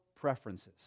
preferences